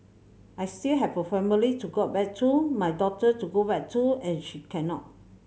I still have a family to go back to my daughter to go back to and she cannot